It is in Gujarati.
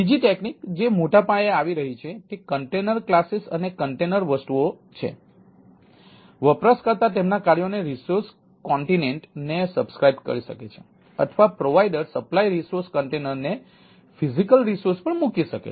બીજી તકનીક જે મોટા પાયે આવી રહી છે તે કન્ટેનર કલાસીસ અને કન્ટેનર વસ્તુઓ ને ભૌતિક સંસાધનો પર મૂકી શકે છે